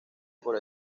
por